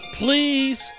please